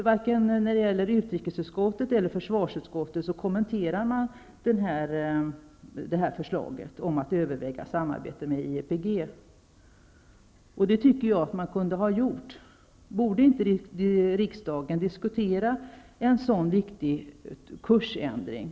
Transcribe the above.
Varken utrikesutskottet eller försvarsutskottet kommenterar förslaget om att överväga samarbete med IEPG. Jag tycker att man kunde ha gjort detta. Borde inte riksdagen diskutera en sådan viktig kursändring?